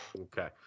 Okay